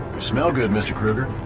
smell good, mr. kruger.